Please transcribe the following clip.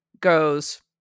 goes